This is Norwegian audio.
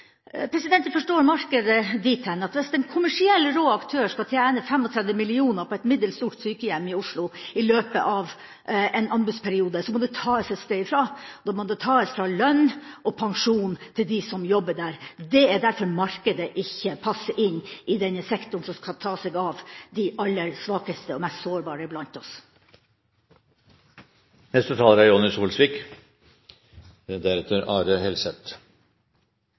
Jeg forstår markedet dit hen at hvis en kommersiell, rå aktør skal tjene 35 mill. kr på et middels stort sykehjem i Oslo i løpet av en anbudsperiode, må det tas et sted fra. Da må det tas fra lønnen og pensjonen til dem som jobber der. Det er derfor markedet ikke passer inn i denne sektoren som skal ta seg av de aller svakeste og mest sårbare blant